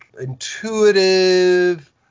intuitive